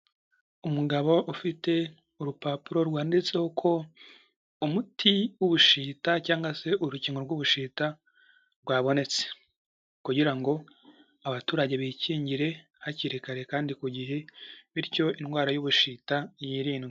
Umugabo ufite urupapuro rwanditseho ko umuti w'Ubushita cyangwa se urukingo rw'Ubushita rwabonetse, kugira ngo abaturage bikingire hakiri kare kandi ku gihe, bityo indwara y'Ubushita yirindwe.